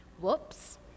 Whoops